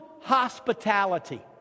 hospitality